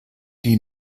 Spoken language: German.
die